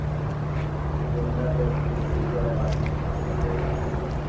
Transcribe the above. गेंदा के फूल पूजा पाठ में काम आवेला